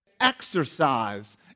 exercise